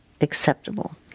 acceptable